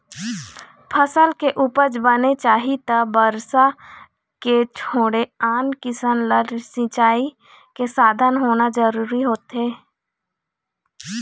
फसल के उपज बने चाही त बरसा के छोड़े आन किसम ले सिंचई के साधन होना जरूरी होथे